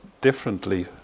differently